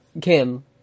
Kim